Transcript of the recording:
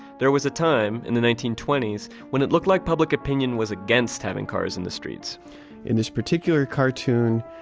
there was a time in the nineteen twenty s when it looked like public opinion was against having cars in the streets in this particular cartoon,